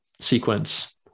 sequence